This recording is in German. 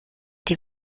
die